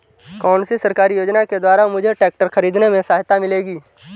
कौनसी सरकारी योजना के द्वारा मुझे ट्रैक्टर खरीदने में सहायता मिलेगी?